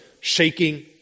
shaking